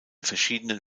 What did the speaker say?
verschiedenen